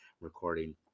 recording